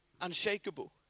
unshakable